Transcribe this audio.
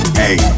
hey